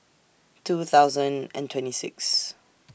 two thousand and twenty six